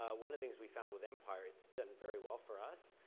one of the things we found with empire, it's done very well for us,